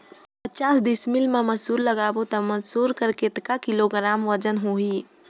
पचास डिसमिल मा मसुर लगाबो ता मसुर कर कतेक किलोग्राम वजन होही?